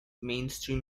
mainstream